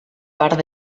part